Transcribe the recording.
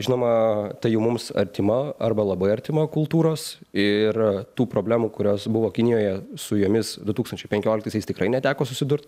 žinoma tai jau mums artima arba labai artima kultūros ir tų problemų kurios buvo kinijoje su jumis du tūkstančiai penkioliktaisiais tikrai neteko susidurt